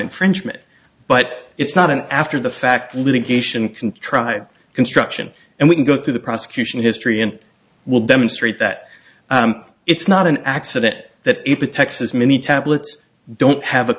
infringement but it's not an after the fact litigation contrived construction and we can go through the prosecution history and will demonstrate that it's not an accident that texas many tablets don't have a